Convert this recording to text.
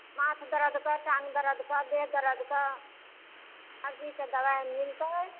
माथ दरदके टांग दरदके देह दरदके सर्दीके दवाइ मिलतै